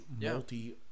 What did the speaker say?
multi